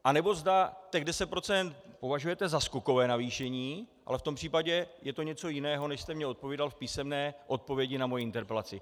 Anebo zda těch 10 % považujete za skokové navýšení, ale v tom případě je to něco jiného, než jste mně odpovídal v písemné odpovědi na moji interpelaci.